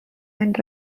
and